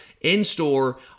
in-store